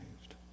changed